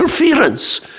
interference